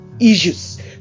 issues